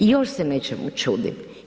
I još se nečemu čudim.